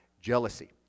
jealousy